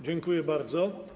Dziękuję bardzo.